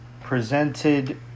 presented